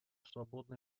свободной